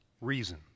reason